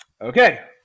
Okay